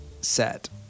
set